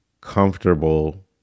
comfortable